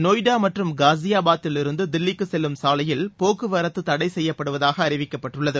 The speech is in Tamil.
நொய்டா மற்றும் காஜியாபாத்தில் இருந்து தில்லிக்கு செல்லும் சாலையில் போக்குவரத்து தளட செய்யப்படுவதாக அறிவிக்கப்பட்டுள்ளது